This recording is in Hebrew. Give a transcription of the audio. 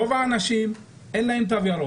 רוב האנשים, אין להם תו ירוק.